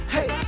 Hey